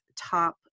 top